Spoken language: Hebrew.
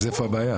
אז איפה הבעיה?